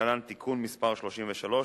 להלן: תיקון מס' 33,